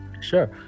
Sure